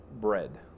bread